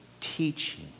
teaching